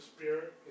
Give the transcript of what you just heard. Spirit